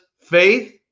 faith